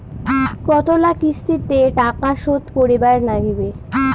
কতোলা কিস্তিতে টাকা শোধ করিবার নাগীবে?